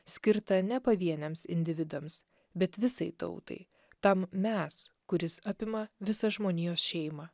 skirtą ne pavieniams individams bet visai tautai tam mes kuris apima visą žmonijos šeimą